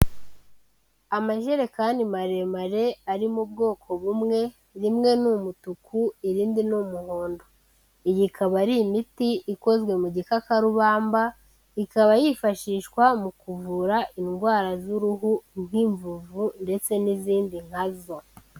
Amajerekani maremare ari mu bwoko bumwe, rimwe ni umutuku irindi ni umuhondo, iyi ikaba ari imiti ikozwe mu gikakarubamba, ikaba yifashishwa mu kuvura indwara z'uruhu nk'imvuvu ndetse n'izindi nka zo.